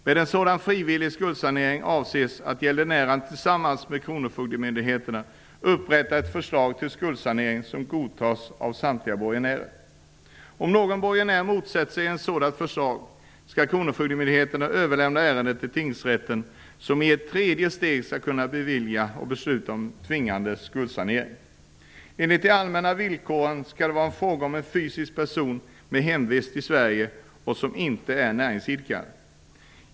Med en sådan frivillig skuldsanering avses att gäldenären tillsammans med kronofogdemyndigheten upprättar ett förslag till skuldsanering som godtas av samtliga borgenärer. Om någon borgenär motsätter sig ett sådant förslag skall kronofogdemyndigheten överlämna ärendet till tingsrätten, som i ett tredje steg skall kunna bevilja och besluta om en tvingande skuldsanering. Enligt de allmänna villkoren skall det vara fråga om en fysisk person med hemvist i Sverige och som inte är näringsidkare.